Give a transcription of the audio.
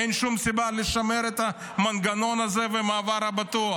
אין שום סיבה לשמר את המנגנון הזה ואת המעבר הבטוח.